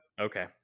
Okay